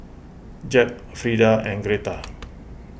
Jeb Frida and Gretta